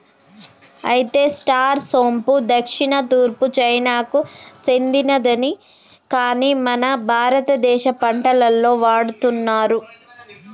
అయితే స్టార్ సోంపు దక్షిణ తూర్పు చైనాకు సెందినది కాని మన భారతదేశ వంటలలో వాడుతున్నారు